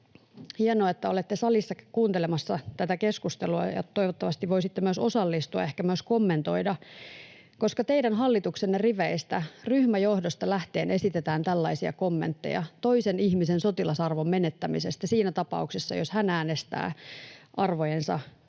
hienoa, että olette salissa kuuntelemassa tätä keskustelua. Toivottavasti voisitte myös osallistua ja ehkä myös kommentoida, koska teidän hallituksenne riveistä, ryhmäjohdosta lähtien, esitetään tällaisia kommentteja toisen ihmisen sotilasarvon menettämisestä siinä tapauksessa, jos hän äänestää arvojensa ja